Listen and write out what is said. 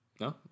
No